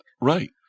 Right